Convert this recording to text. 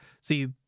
See